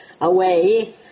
away